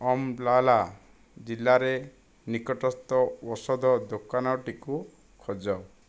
ଅମ୍ବାଲାଲା ଜିଲ୍ଲାରେ ନିକଟସ୍ଥ ଔଷଧ ଦୋକାନଟିକୁ ଖୋଜ